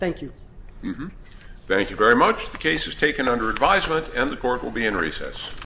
thank you thank you very much the case is taken under advisement and the court will be in recess